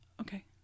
Okay